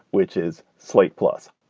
which is slate plus.